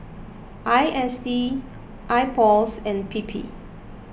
I S D Ipos and P P